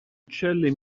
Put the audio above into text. uccelli